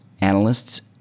analysts